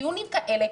דיונים כאלה,